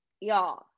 Y'all